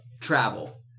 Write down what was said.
travel